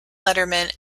letterman